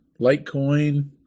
Litecoin